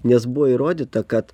nes buvo įrodyta kad